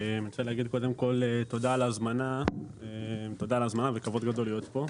אני רוצה להגיד קודם כל תודה על ההזמנה וכבוד גדול להיות פה.